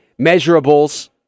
measurables